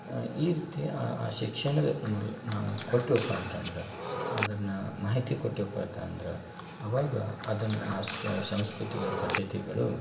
ಈ ರೀತಿಯ ಆ ಆ ಶಿಕ್ಷಣದ ಮೂಲ ನಾವು ಕೊಟ್ವೆಪ್ಪ ಅಂತಂದ್ರೆ ಅದನ್ನು ಮಾಹಿತಿ ಕೊಟ್ವಿಯಪಾತಂದ್ರೆ ಆವಾಗ ಅದನ್ನು ಆ ಸಂಸ್ಕೃತಿಗಳು ಪದ್ಧತಿಗಳು